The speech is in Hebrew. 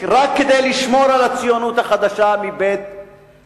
רק כדי לשמור על הציונות החדשה מבית-מדרשם.